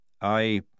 I